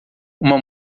uma